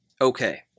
Okay